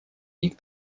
них